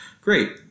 great